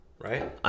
right